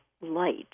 light